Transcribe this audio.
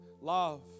love